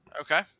Okay